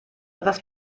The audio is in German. etwas